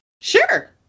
Sure